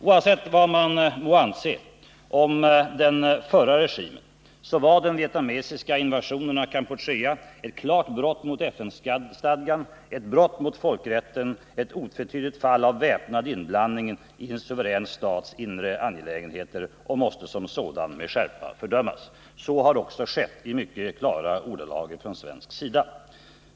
Oavsett vad man må anse om den förra regimen var den vietnamesiska invasionen av Kampuchea ett klart brott mot FN-stadgan, ett brott mot folkrätten, ett otvetydigt fall av väpnad inblandning i en suverän stats inre angelägenheter och måste som sådan med skärpa fördömas. Så har också skett i mycket klara ordalag från svensk sida.